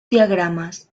diagramas